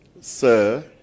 sir